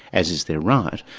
as is their right,